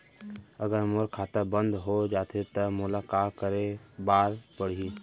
अगर मोर खाता बन्द हो जाथे त मोला का करे बार पड़हि?